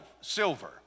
silver